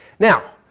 now